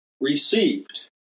received